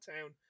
town